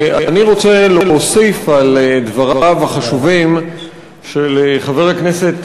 אני רוצה להוסיף על דבריו החשובים של חבר הכנסת